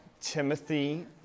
Timothy